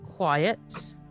quiet